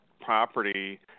property